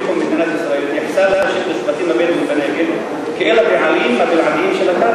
מדינת ישראל התייחסה לשבטים הבדואים בנגב כאל הבעלים הבלעדיים של הקרקע,